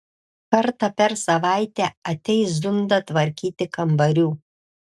kartą per savaitę ateis zunda tvarkyti kambarių